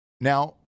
Now